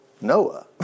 Noah